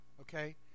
okay